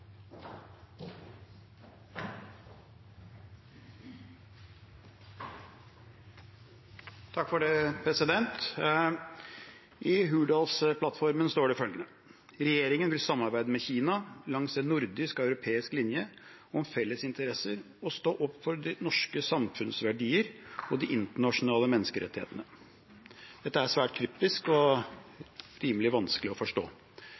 vil: «samarbeide med Kina langs en nordisk og europeisk linje, om felles interesser, og stå opp for norske samfunnsverdier og de internasjonale menneskerettighetene.» Dette er svært kryptisk og rimelig vanskelig å forstå.